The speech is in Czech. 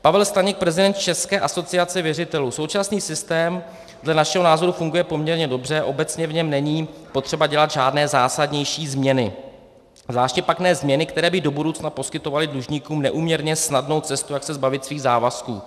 Pavel Staněk, prezident České asociace věřitelů: Současný systém dle našeho názoru funguje poměrně dobře, obecně v něm není potřeba dělat žádné zásadnější změny, zvláště pak ne změny, které by do budoucna poskytovaly dlužníkům neúměrně snadnou cestu, jak se zbavit svých závazků.